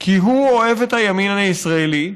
כי הוא אוהב את הימין הישראלי,